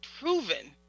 proven